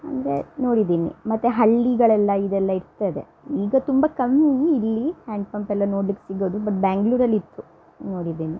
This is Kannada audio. ಅಂದರೆ ನೋಡಿದೀನಿ ಮತ್ತು ಹಳ್ಳಿಗಳೆಲ್ಲ ಇದೆಲ್ಲ ಇರ್ತದೆ ಈಗ ತುಂಬ ಕಮ್ಮಿ ಇಲ್ಲಿ ಹ್ಯಾಂಡ್ ಪಂಪ್ ಎಲ್ಲ ನೋಡ್ಲಿಕ್ಕೆ ಸಿಗೋದು ಬಟ್ ಬ್ಯಾಂಗ್ಳೂರಲ್ಲಿ ಇತ್ತು ನೋಡಿದ್ದೇನೆ